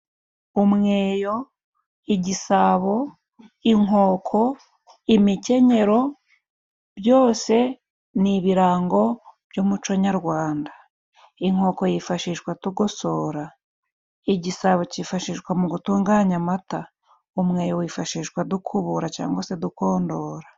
Umweyo, igisabo, inkoko, imikenyero byose ni ibirango by'umuco nyarwanda. Inkoko yifashishwa tugosora, igisabo cyifashishwa mu gutunganya amata, umweyo wifashishwa dukubura cyangwa se dukondora.